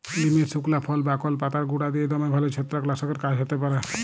লিমের সুকলা ফল, বাকল এবং পাতার গুঁড়া দিঁয়ে দমে ভাল ছত্রাক লাসকের কাজ হ্যতে পারে